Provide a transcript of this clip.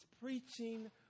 preaching